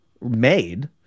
made